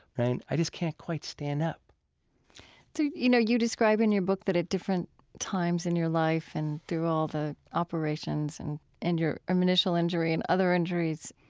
right? i just can't quite stand up so, you know, you describe in your book that at different times in your life, and through all the operations, and and your um initial injury and other injuries,